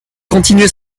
continué